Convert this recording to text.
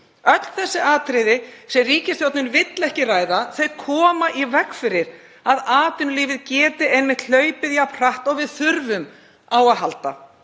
Öll þessi atriði sem ríkisstjórnin vill ekki ræða koma í veg fyrir að atvinnulífið geti hlaupið jafn hratt og við þurfum á að halda.